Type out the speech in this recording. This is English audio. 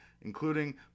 including